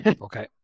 Okay